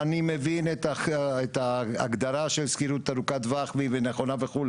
ואני מבין את ההגדרה של שכריות ארוכת טווח והיא נכונה וכו',